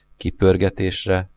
kipörgetésre